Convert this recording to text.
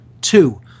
two